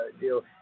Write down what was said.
deal